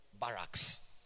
barracks